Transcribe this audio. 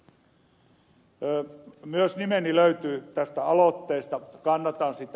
myös minun nimeni löytyy tästä aloitteesta kannatan sitä